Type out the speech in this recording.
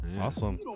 Awesome